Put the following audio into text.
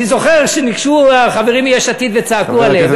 אני זוכר שניגשו החברים מיש עתיד וצעקו עליהם,